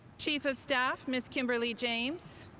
chief of staff, ms. kimberly james,